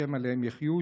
השם עליהם יחיו,